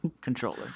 controller